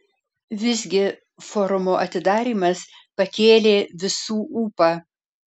visgi forumo atidarymas pakėlė visų ūpą